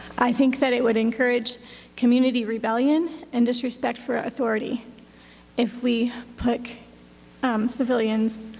i think that it would encourage community rebellion and disrespect for ah authority if we put um civilians